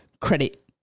credit